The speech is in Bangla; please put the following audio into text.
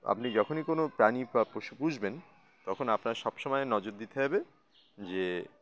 আপনি যখনই কোনও প্রাণী বা পুষবেন তখন আপনার সবসময় নজর দিতে হবে যে